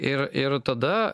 ir ir tada